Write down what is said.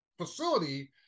facility